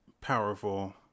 powerful